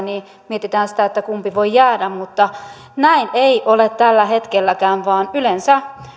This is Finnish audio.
mietitään sitä kumpi voi jäädä mutta näin ei ole tällä hetkelläkään vaan yleensä